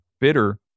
bitter